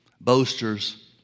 boasters